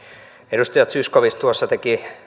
edustaja zyskowicz tuossa teki